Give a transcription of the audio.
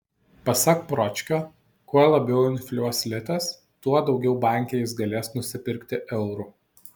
pasak pročkio kuo labiau infliuos litas tuo daugiau banke jis galės nusipirkti eurų